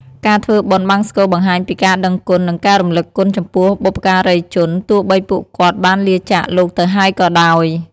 ការធ្វើបុណ្យបង្សុកូលបង្ហាញពីការដឹងគុណ និងការរំលឹកគុណចំពោះបុព្វការីជន ទោះបីពួកគាត់បានលាចាកលោកទៅហើយក៏ដោយ។